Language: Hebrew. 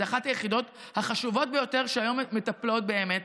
זו אחת היחידות החשובות ביותר שהיום מטפלת באמת